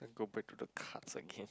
go break the cards again